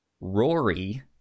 Rory